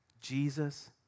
Jesus